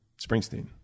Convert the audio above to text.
Springsteen